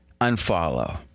unfollow